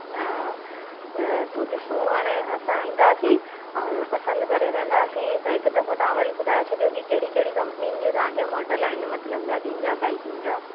हा त पोइ ॾिसूं हाणे असां ईंदासीं और पसंदि करे वेंदासीं त हिकु दफ़ो तव्हां वरी ॿुधाए छॾियो की कहिड़ी कहिड़ी कंपनियुनि जूं तव्हांखे मॉडल आहिनि मतलबु गाॾियुनि जा बाइकुनि जा